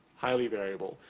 highly variable.